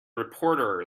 reporter